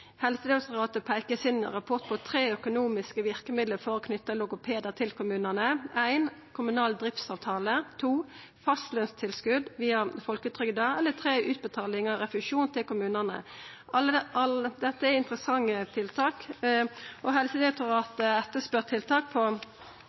Helsedirektoratet peiker i rapporten sin på tre økonomiske verkemiddel for å knyta logopedar til kommunane: kommunal driftsavtale fastlønstilskot via folketrygda utbetaling av refusjon til kommunane Alt dette er interessante tiltak, og